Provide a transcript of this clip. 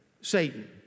Satan